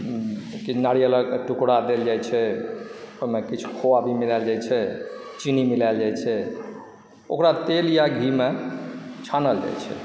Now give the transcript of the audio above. कि नारियलके टुकड़ा देल जाइत छै एहिमे किछु खोआ भी मिलायल जाइत छै चिन्नी मिलाओल जाइत छै ओकरा तेल या घीमे छानल जाइत छै